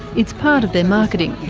it's part of their marketing.